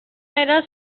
era